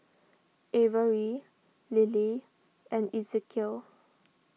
Avery Lilly and Ezekiel